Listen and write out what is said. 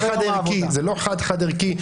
זה לא חד-חד ערכי,